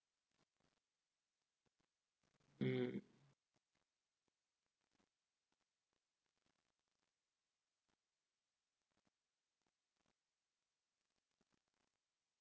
mm